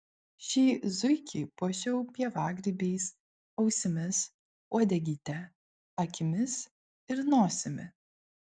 šį zuikį puošiau pievagrybiais ausimis uodegyte akimis ir nosimi